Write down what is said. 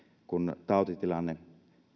kun tautitilanne